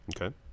Okay